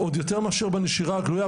עוד יותר מאשר בנשירה הגלוייה,